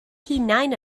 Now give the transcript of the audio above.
hunain